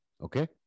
Okay